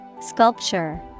Sculpture